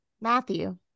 Matthew